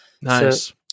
Nice